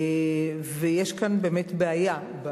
ויש כאן באמת בעיה.